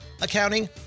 accounting